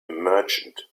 merchant